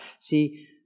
See